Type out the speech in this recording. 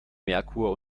merkur